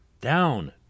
down